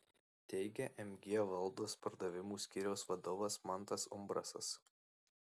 teigia mg valdos pardavimų skyriaus vadovas mantas umbrasas